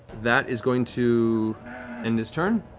that is going to end his turn.